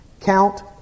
Count